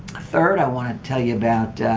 third, i wanted to tell you about